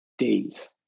days